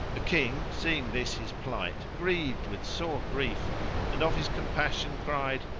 the king, seeing this his plight, grieved with sore grief and of his compassion cried,